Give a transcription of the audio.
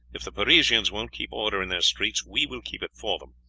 if the parisians won't keep order in their streets we will keep it for them.